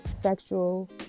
sexual